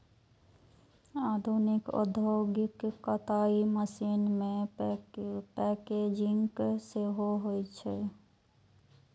आधुनिक औद्योगिक कताइ मशीन मे पैकेजिंग सेहो होइ छै